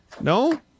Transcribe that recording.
No